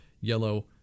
yellow